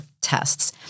tests